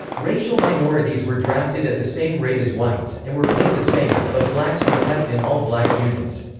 racial minorities were drafted at the same rate as whites, and were paid the same, but blacks were kept in all-black units.